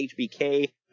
HBK